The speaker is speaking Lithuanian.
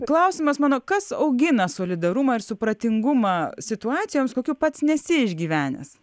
klausimas mano kas augina solidarumą ir supratingumą situacijoms kokių pats nesi išgyvenęs